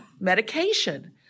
Medication